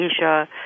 Asia